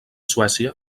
suècia